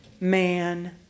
man